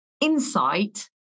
insight